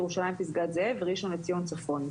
ירושלים פסגת זאב וראשון לציון צפון.